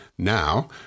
Now